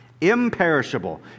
Imperishable